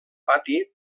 pati